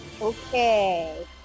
Okay